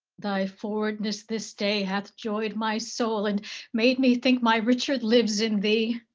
thy forwardness this day hath joyed my soul, and made me think my richard lives in thee.